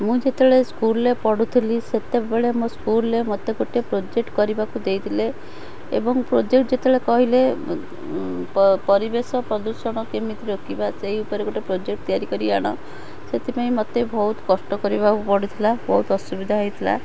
ମୁଁ ଯେତେବେଳେ ସ୍କୁଲ୍ରେ ପଢ଼ୁଥିଲି ସେତେବେଳେ ମୋ ସ୍କୁଲ୍ରେ ମୋତେ ଗୋଟେ ପ୍ରୋଜେକ୍ଟ କରିବାକୁ ଦେଇଥିଲେ ଏବଂ ପ୍ରୋଜେକ୍ଟ ଯେତେବେଳେ କହିଲେ ପରିବେଶ ପ୍ରଦୂଷଣ କେମିତି ରୋକିବା ସେଇ ଉପରେ ଗୋଟେ ପ୍ରୋଜେକ୍ଟ ତିଆରି କରିଆଣ ସେଥିପାଇଁ ମୋତେ ବହୁତ କଷ୍ଟ କରିବାକୁ ପଡ଼ିଥିଲା ବହୁତ ଅସୁବିଧା ହେଇଥିଲା